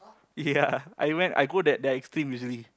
ya I went I go that that extreme usually